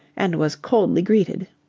and was coldly greeted.